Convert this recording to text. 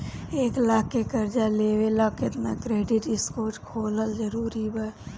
एक लाख के कर्जा लेवेला केतना क्रेडिट स्कोर होखल् जरूरी बा?